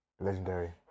Legendary